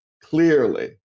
Clearly